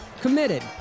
committed